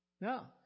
No